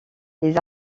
les